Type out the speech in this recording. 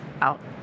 out